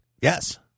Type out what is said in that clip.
Yes